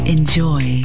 Enjoy